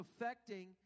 affecting